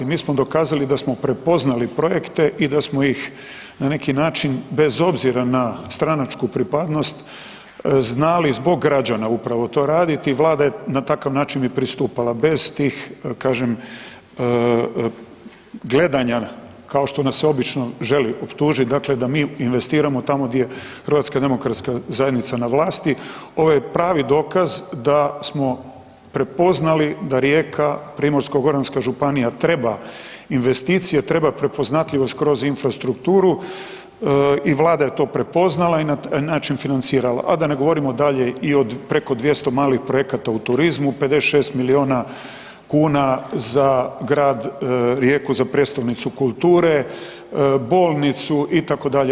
Mi smo dokazali da smo prepoznali projekte i da smo ih na neki način, bez obzira na stranačku pripadnost znali zbog građana upravo to raditi i Vlada je na takav način i pristupala bez tih kažem gledanja kao što nas se obično želi optužiti dakle da mi investiramo tamo gdje je HDZ na vlasti, ovo je pravi dokaz da smo prepoznali da Rijeka, Primorsko-goranska županija treba investicije treba prepoznatljivost kroz infrastrukturu i Vlada je to prepoznala i na taj način financirala, a da ne govorimo i dalje o preko 200 malih projekata u turizmu, 56 miliona kuna za grad Rijeku za prijestolnicu kulture, bolnicu itd.